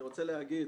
אני רוצה להגיד